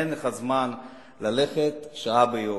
אין לך זמן ללכת שעה ביום.